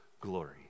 glory